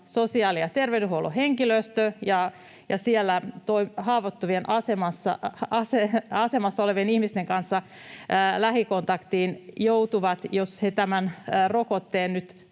sosiaali- ja terveydenhuollon henkilöstö ja siellä haavoittuvassa asemassa olevien ihmisten kanssa lähikontaktiin joutuvat tämän rokotteen